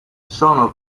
sono